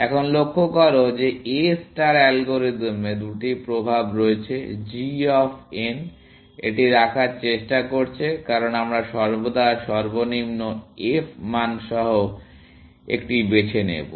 এখন লক্ষ্য করো যে A স্টার অ্যালগরিদমে দুটি প্রভাব রয়েছে g অফ n এটি রাখার চেষ্টা করছে কারণ আমরা সর্বদা সর্বনিম্ন f মান সহ একটি বেছে নেব